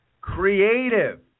creative